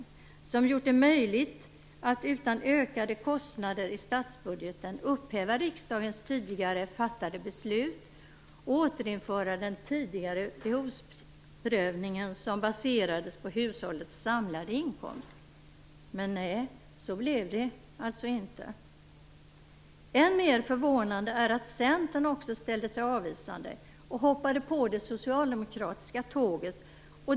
Detta förslag hade gjort det möjligt att utan ökade kostnader i statsbudgeten upphäva riksdagens tidigare beslut och återinföra behovsprövningen som baserades på hushållets samlade inkomst, men nej, så blev det inte. Än mer förvånande är att också Centern ställde sig avvisande och hoppade på det socialdemokratiska tåget.